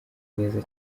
neza